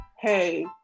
hey